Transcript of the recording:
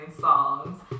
songs